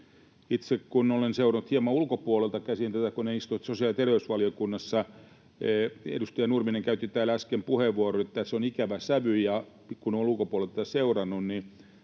Itse olen seurannut tätä hieman ulkopuolelta käsin, kun en istu sosiaali- ja terveysvaliokunnassa. Edustaja Nurminen käytti täällä äsken puheenvuoron, että tässä on ikävä sävy, ja kun olen ulkopuolelta tätä seurannut,